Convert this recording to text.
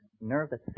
nervous